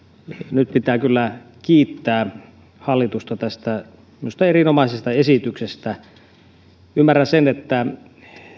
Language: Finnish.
nyt pitää kyllä kiittää hallitusta tästä minusta erinomaisesta esityksestä ymmärrän sen että